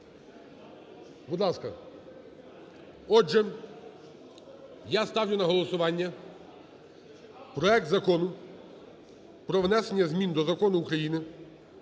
Будь ласка. Отже, я ставлю на голосування проект Закону про внесення змін до Закону України